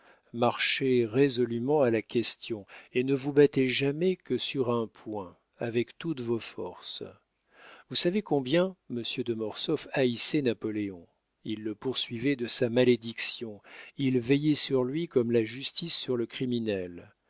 marchez résolument à la question et ne vous battez jamais que sur un point avec toutes vos forces vous savez combien monsieur de mortsauf haïssait napoléon il le poursuivait de sa malédiction il veillait sur lui comme la justice sur le criminel